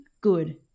good